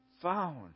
found